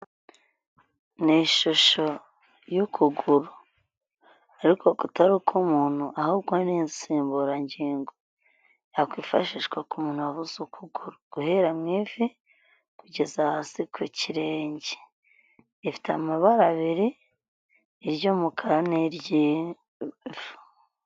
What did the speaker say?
Ni ishusho y'ukuguru ariko kutari uk'umuntu ahubwo ni insimburangingo. Yakwifashishwa ku muntu wabuze ukuguru. Guhera mu ivi kugeza hasi ku kirenge. Ifite amabara abiri, iry'umukara n' iry' ivu.